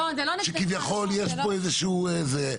שכביכול יש פה איזה שהוא זה,